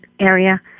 area